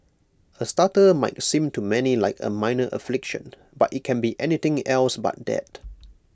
A stutter might seem to many like A minor affliction but IT can be anything else but that